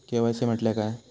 KYC म्हटल्या काय?